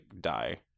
die